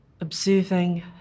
observing